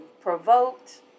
provoked